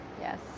Yes